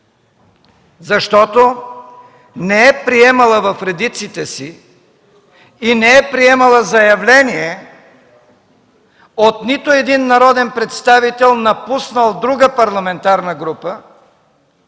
защото не е приемала в редиците си и не е приемала заявление от нито един народен представител, напуснал друга парламентарна група,